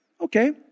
Okay